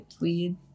weed